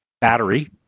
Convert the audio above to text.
battery